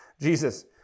Jesus